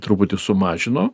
truputį sumažino